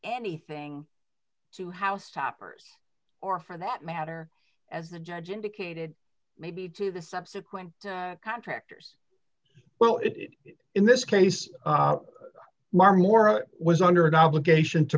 anything to house toppers or for that matter as the judge indicated maybe to the subsequent contractors well if in this case law or more was under an obligation to